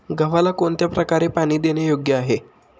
गव्हाला कोणत्या प्रकारे पाणी देणे योग्य आहे?